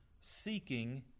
seeking